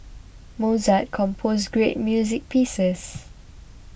Mozart composed great music pieces